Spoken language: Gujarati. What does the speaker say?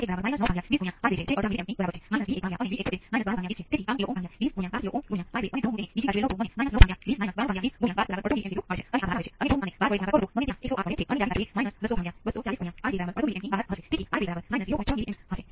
તેથી તે જે દર પર પડે છે તેને પ્રભાવિત કરે છે ખૂબ મોટા સમય અચળાંક સાથે શું થાય છે